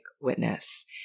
witness